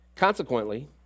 Consequently